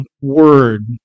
word